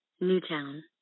Newtown